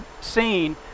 seen